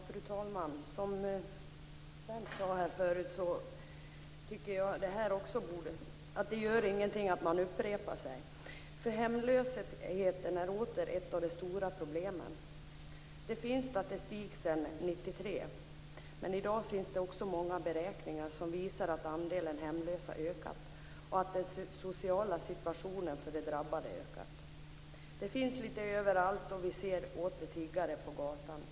Fru talman! Som Berndt Ekholm sade här förut tycker jag att det inte gör någonting att man upprepar sig, eftersom hemlösheten är ett av de stora problemen. Det finns statistik sedan 1993. Men i dag finns det också många beräkningar som visar att antalet hemlösa ökat och att den sociala situationen för de drabbade förvärrats. Det här finns lite överallt, och vi ser åter tiggare på gatan.